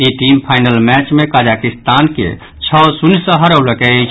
ई team final match मे Kazakhstan के छओ शून्य सँ हरौलक अछि